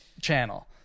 channel